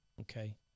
Okay